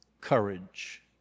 courage